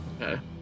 Okay